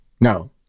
No